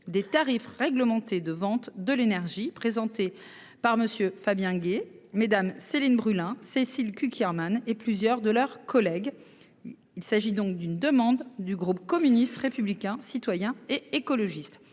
des tarifs réglementés de vente de l'énergie présenté par monsieur Fabien Gay, mesdames Céline Brulin, Cécile Cukierman et plusieurs de leurs collègues. Il s'agit donc d'une demande du groupe communiste, républicain, citoyen et écologiste